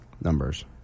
numbers